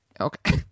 Okay